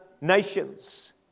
nations